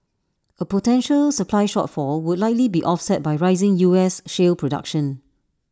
A potential supply shortfall would likely be offset by rising U S shale production